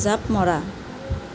জাঁপ মৰা